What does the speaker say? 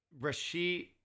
Rashid